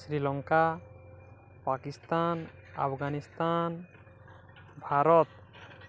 Sri Lanka Pakistan Afghanistan Bharat